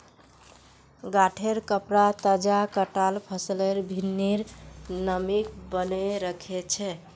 गांठेंर कपडा तजा कटाल फसलेर भित्रीर नमीक बनयें रखे छै